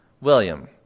William